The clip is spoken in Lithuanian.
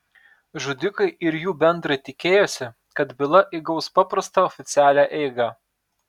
žudikai ir jų bendrai tikėjosi kad byla įgaus paprastą oficialią eigą